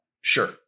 Sure